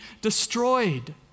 destroyed